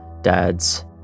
dads